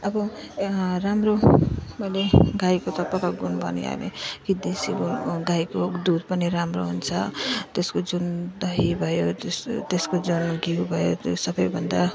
अब राम्रो मैले गाईको त पक्का गुण भनिहालेँ कि देसीको गाईको दुध पनि राम्रो हुन्छ त्यसको जुन दही भयो त्यस त्यसको जुन घिउ भयो त्यो सबभन्दा